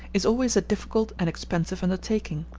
is always a difficult and expensive undertaking.